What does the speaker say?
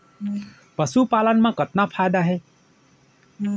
पशुपालन मा कतना फायदा हे?